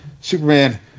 Superman